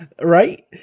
right